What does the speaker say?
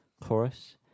chorus